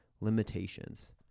limitations